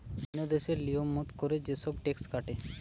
ওন্য দেশে লিয়ম মত কোরে যে সব ট্যাক্স কাটে